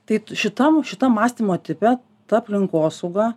tai šitam šitam mąstymo tipe ta aplinkosauga